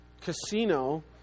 casino